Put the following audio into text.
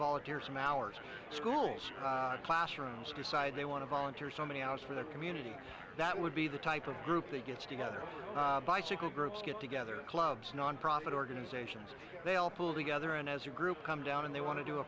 volunteer some hours for schools classrooms decide they want to volunteer somebody else for their community that would be the type of group that gets together bicycle groups get together clubs nonprofit organizations they all pull together and as a group come down and they want to do a